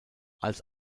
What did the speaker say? als